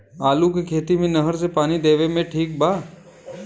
आलू के खेती मे नहर से पानी देवे मे ठीक बा?